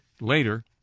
later